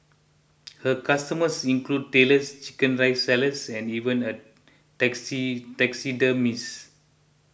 her customers include Tailors Chicken Rice sellers and even a taxi taxidermists